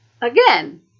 again